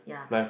ya